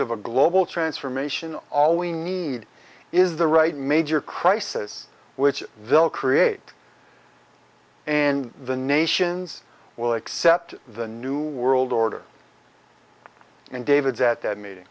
of a global transformation all we need is the right major crisis which will create and the nations will accept the new world order and david's at that m